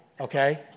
okay